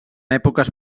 èpoques